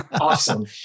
Awesome